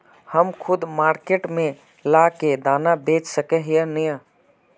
हम खुद मार्केट में ला के दाना बेच सके है नय?